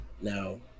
now